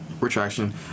Retraction